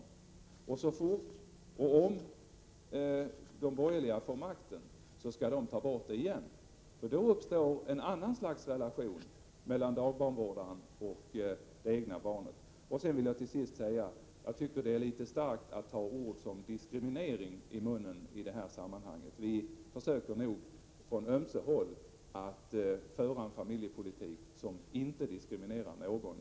Om och så snart de borgerliga får makten skall de ta bort den igen — då uppstår nämligen en annan slags relation mellan dagbarnvårdaren och det egna barnet! Till sist vill jag säga att jag tycker att det är litet starkt att i det här sammanhanget ta ord som diskriminering i munnen. Vi försöker nog från ömse håll föra en familjepolitik som inte diskriminerar någon.